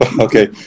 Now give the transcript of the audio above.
okay